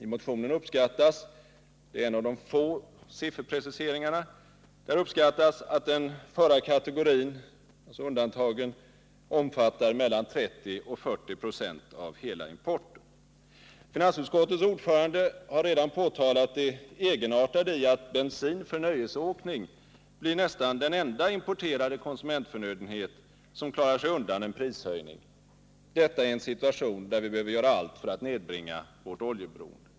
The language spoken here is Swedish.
I motionen uppskattas — det är en av de få sifferpreciseringarna — att den förra kategorin, alltså undantagen, omfattar mellan 30 och 40 96 av hela importen. Finansutskottets ordförande har redan påtalat det egenartade i att bensin för nöjesåkning blir nästan den enda importerade konsumentförnödenhet som klarar sig undan en prishöjning, detta i en situation där vi behöver göra allt för att nedbringa vårt oljeberoende.